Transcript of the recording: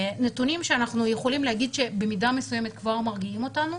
נתונים שאנחנו יכולים להגיד שבמידה מסוימת הם כבר מרגיעים אותנו,